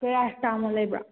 paracetamol ꯂꯩꯕ꯭ꯔꯣ